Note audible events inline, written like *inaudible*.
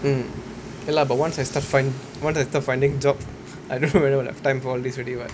mm K lah but once I start find~ once I start finding job *laughs* I don't even have time for all these already [what]